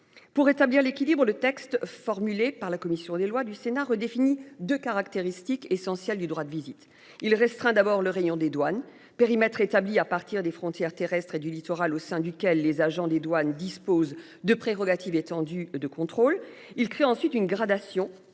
pour rétablir l'équilibre. Le texte formulées par la commission des Lois du Sénat redéfini 2 caractéristiques essentielles du droit de visite, il restera d'abord, le rayon des douanes périmètre établi à partir des frontières terrestres et du littoral au sein duquel les agents des douanes dispose de prérogatives étendues de contrôle il fait ensuite une gradation